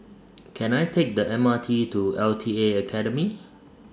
Can I Take The M R T to L T A Academy